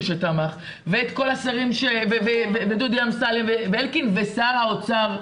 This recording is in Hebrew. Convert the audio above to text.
שתמך ודודי שרים ואלקין ושר האוצר,